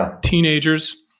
teenagers